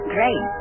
Great